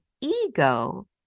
ego